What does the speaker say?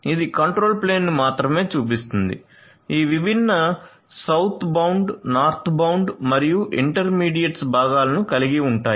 ఇది కంట్రోల్ ప్లేన్ను మాత్రమే చూపిస్తుంది ఈ విభిన్న సౌత్బౌండ్ మరియు ఇంటర్మీడియట్స భాగాలను కలిగి ఉంటారు